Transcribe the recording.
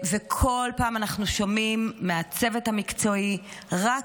וכל פעם אנחנו שומעים מהצוות המקצועי רק